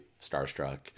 starstruck